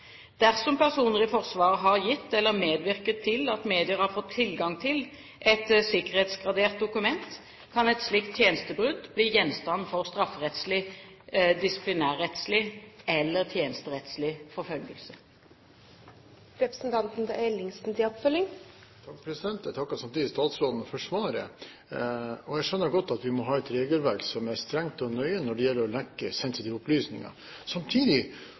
Dersom personer i Forsvaret har gitt eller medvirket til at medier har fått tilgang til et sikkerhetsgradert dokument, kan et slikt tjenestebrudd bli gjenstand for strafferettslig, disiplinærrettslig eller tjenesterettslig forfølging. Jeg takker statsråden for svaret. Jeg skjønner godt at vi må ha et regelverk som er strengt og nøye når det gjelder å lekke sensitive opplysninger. Samtidig